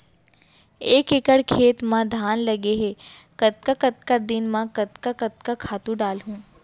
एक एकड़ खेत म धान लगे हे कतका कतका दिन म कतका कतका खातू डालहुँ?